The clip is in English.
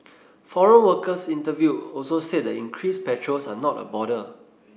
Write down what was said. foreign workers interviewed also said the increased patrols are not a bother